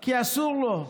כי אסור לו.